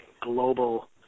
global